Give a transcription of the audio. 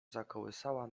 zakołysała